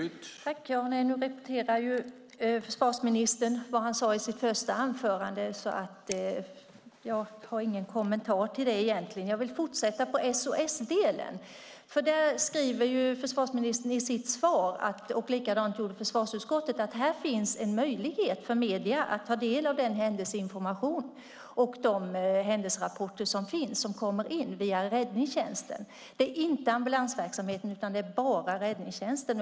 Nu repeterar försvarsministern vad han sade i sitt första anförande. Jag har ingen kommentar till det. Jag vill fortsätta på SOS Alarm-delen. Försvarsministern skriver i sitt svar - och likadant gjorde försvarsutskottet - att det finns en möjlighet för medierna att ta del av den händelseinformation och de händelserapporter som kommer in via räddningstjänsten. Det är inte ambulansverksamheten, utan det är bara räddningstjänsten.